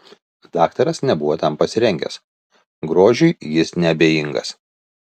daktaras nebuvo tam pasirengęs grožiui jis neabejingas